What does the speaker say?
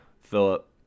Philip